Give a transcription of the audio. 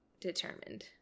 determined